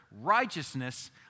Righteousness